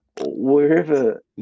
wherever